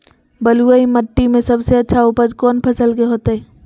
बलुई मिट्टी में सबसे अच्छा उपज कौन फसल के होतय?